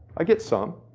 i get some.